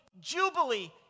Jubilee